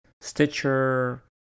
Stitcher